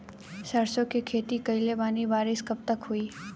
सरसों के खेती कईले बानी बारिश कब तक होई?